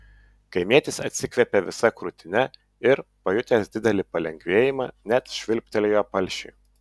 kaimietis atsikvėpė visa krūtine ir pajutęs didelį palengvėjimą net švilptelėjo palšiui